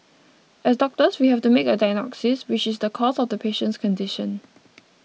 as doctors we have to make a diagnosis which is the cause of the patient's condition